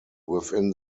within